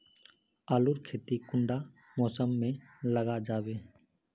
आलूर खेती कुंडा मौसम मोत लगा जाबे?